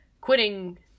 quitting